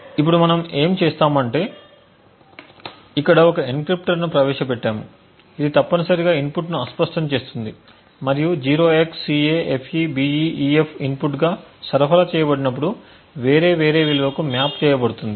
ఇప్పుడు మనం ఏమి చేసామంటే ఇక్కడ ఒక ఎన్క్రిప్టర్ను ప్రవేశపెట్టాము ఇది తప్పనిసరిగా ఇన్పుట్ను అస్పష్టం చేస్తుంది మరియు 0xCAFEBEEF ఇన్పుట్గా సరఫరా చేయబడినప్పుడు వేరే వేరే విలువకు మ్యాప్ చేయబడుతుంది